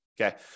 Okay